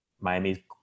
Miami